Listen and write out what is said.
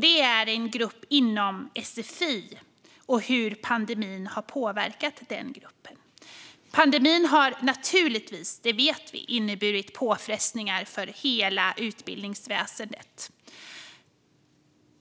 Det gäller en grupp inom sfi och hur pandemin har påverkat denna grupp. Pandemin har naturligtvis - det vet vi - inneburit påfrestningar för hela utbildningsväsendet.